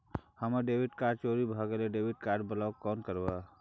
हमर debit card चोरी भगेलै डेबिट कार्ड ब्लॉक केना करब?